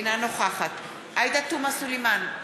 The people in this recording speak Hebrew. אינה נוכחת עאידה תומא סלימאן,